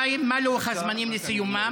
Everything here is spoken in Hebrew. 2. מה לוח הזמנים לסיומן?